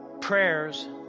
prayers